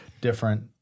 different